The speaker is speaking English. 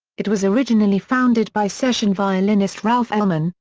it was originally founded by session violinist ralph elman,